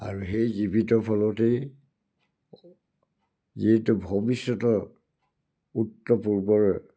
আৰু সেই জীৱিত ফলতেই যিহেতু ভৱিষ্যতৰ উত্তৰ পূৰ্বৰ